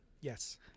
Yes